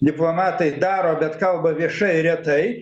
diplomatai daro bet kalba viešai retai